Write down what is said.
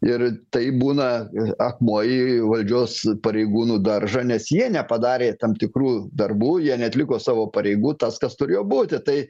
ir tai būna akmuo į valdžios pareigūnų daržą nes jie nepadarė tam tikrų darbų jie neatliko savo pareigų tas kas turėjo būti tai